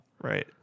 Right